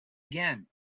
again